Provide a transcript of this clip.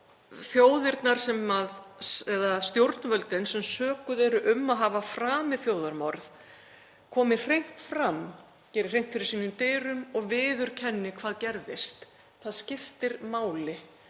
þjóðirnar eða stjórnvöldin sem sökuð eru um að hafa framið þjóðarmorð komi hreint fram, geri hreint fyrir sínum dyrum og viðurkenni hvað gerðist. Það skiptir máli.